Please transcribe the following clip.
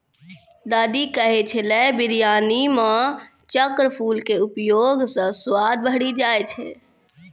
दादी कहै छेलै बिरयानी मॅ चक्रफूल के उपयोग स स्वाद बढ़ी जाय छै